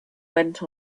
went